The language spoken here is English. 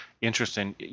Interesting